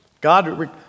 God